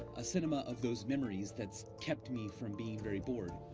a cinema of those memories that's kept me from being very bored.